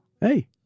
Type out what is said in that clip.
Hey